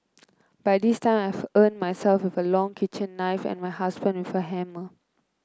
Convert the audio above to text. by this time I have armed myself with a long kitchen knife and my husband with a hammer